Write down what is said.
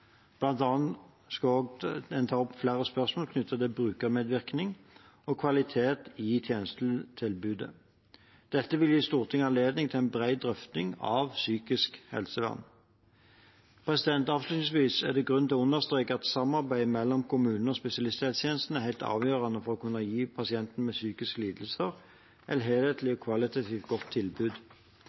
opp flere spørsmål knyttet til brukermedvirkning og kvalitet i tjenestetilbudet. Dette vil gi Stortinget anledning til en bred drøfting av psykisk helsevern. Avslutningsvis er det grunn til å understreke at samarbeid mellom kommunene og spesialisthelsetjenesten er helt avgjørende for å kunne gi pasienter med psykiske lidelser et helhetlig og kvalitativt godt tilbud.